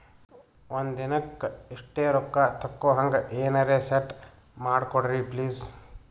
ಒಂದಿನಕ್ಕ ಇಷ್ಟೇ ರೊಕ್ಕ ತಕ್ಕೊಹಂಗ ಎನೆರೆ ಸೆಟ್ ಮಾಡಕೋಡ್ರಿ ಪ್ಲೀಜ್?